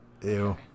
Ew